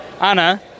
Anna